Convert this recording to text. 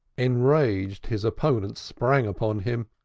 enraged, his opponent sprang upon him.